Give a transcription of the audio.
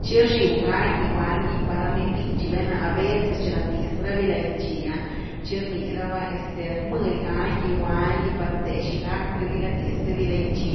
tchi rxiu ga giguan gy par ra miny bitchy val’na aveces tchi ratiaz rabi laitchi’a tchi rni raba este rmëdy ga gigwan gy par the xi gack rabi gat-tiez raby laitchi,